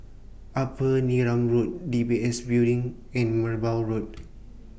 Upper Neram Road D B S Building and Merbau Road